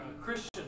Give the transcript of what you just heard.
Christian